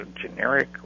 generic